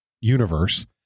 universe